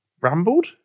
rambled